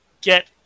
get